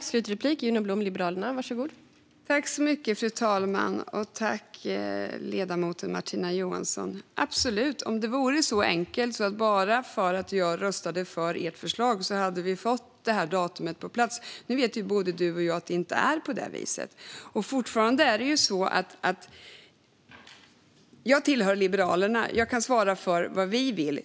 Fru talman! Absolut, om det vore så enkelt att bara för att jag röstade för ert förslag hade vi fått det här datumet på plats. Nu vet både du och jag att det inte är på det viset. Jag tillhör Liberalerna och kan svara för vad vi vill.